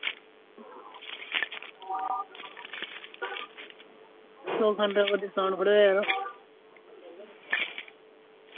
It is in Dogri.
सौ खंड कोई डिस्काउंट थोह्ड़े होएआ